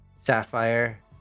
sapphire